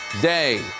day